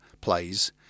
plays